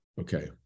okay